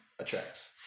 attracts